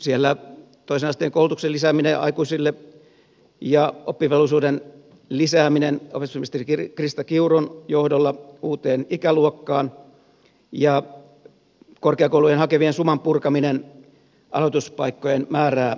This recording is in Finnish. siellä on toisen asteen koulutuksen lisääminen aikuisille ja oppivelvollisuuden lisääminen opetusministeri krista kiurun johdolla uuteen ikäluokkaan ja korkeakouluihin hakevien suman purkaminen aloituspaikkojen määrää nostamalla